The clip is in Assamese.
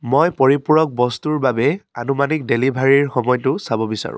মই পৰিপূৰক বস্তুৰ বাবে আনুমানিক ডেলিভাৰীৰ সময়টো চাব বিচাৰোঁ